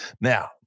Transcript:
now